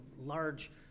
large